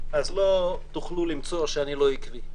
אודותיי תוכלו לראות שאני עקבי.